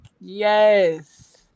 Yes